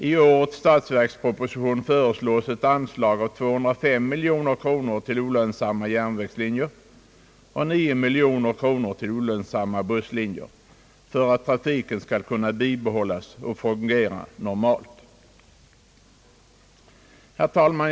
I årets statsverksproposition föreslås ett anslag av 205 miljoner kronor till olönsamma järnvägslinjer och 9 miljoner kronor till olönsamma busslinjer för att trafiken skall kunna bibehållas och fungera normalt. Herr talman!